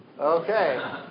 Okay